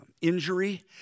injury